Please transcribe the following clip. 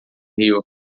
rio